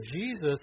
Jesus